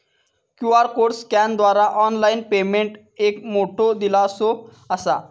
QR code स्कॅनरद्वारा online payment एक मोठो दिलासो असा